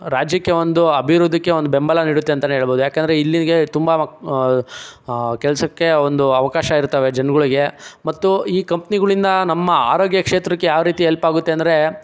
ರಾಜ್ಯಕ್ಕೆ ಒಂದು ಅಭಿವೃದ್ಧಿಗೆ ಒಂದು ಬೆಂಬಲ ನೀಡುತ್ತೆ ಅಂತಲೇ ಹೇಳ್ಬೋದು ಏಕೆಂದ್ರೆ ಇಲ್ಲಿಗೆ ತುಂಬ ಮ ಕೆಲಸಕ್ಕೆ ಒಂದು ಅವಕಾಶ ಇರ್ತವೆ ಜನಗಳಿಗೆ ಮತ್ತು ಈ ಕಂಪ್ನಿಗಳಿಂದ ನಮ್ಮ ಆರೋಗ್ಯ ಕ್ಷೇತ್ರಕ್ಕೆ ಯಾವ ರೀತಿ ಹೆಲ್ಪ್ ಆಗುತ್ತೆ ಅಂದರೆ